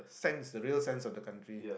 sense the real sense of the country